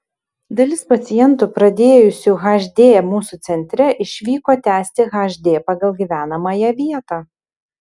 dalis pacientų pradėjusių hd mūsų centre išvyko tęsti hd pagal gyvenamąją vietą